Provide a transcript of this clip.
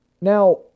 Now